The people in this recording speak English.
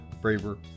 braver